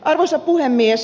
arvoisa puhemies